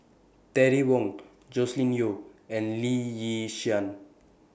Terry Wong Joscelin Yeo and Lee Yi Shyan